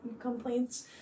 complaints